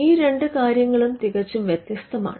ഈ രണ്ട് കാര്യങ്ങളും തികച്ചും വ്യത്യസ്തമാണ്